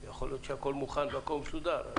ושהכול מוכן ומסודר.